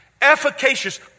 Efficacious